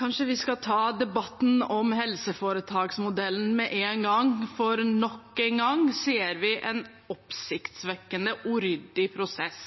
Kanskje vi skal ta debatten om helseforetaksmodellen med én gang, for nok en gang ser vi en oppsiktsvekkende uryddig prosess.